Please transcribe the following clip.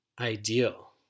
ideal